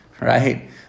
right